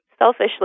Selfishly